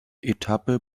etappe